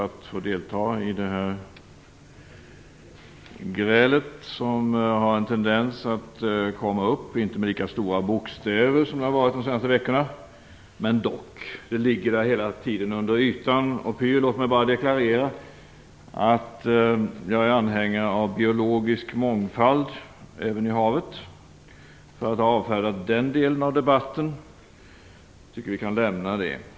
Herr talman! Det är nästan så att man känner behov av att begära tillåtelse att delta i grälet som har en tendens att komma upp, inte med lika stora bokstäver som det har varit de senaste veckorna, men ändå. Det ligger där latent under ytan och pyr. Låt mig bara deklarera att jag är anhängare av biologisk mångfald även i havet, för att avfärda den delen av debatten. Jag tycker att vi kan lämna det.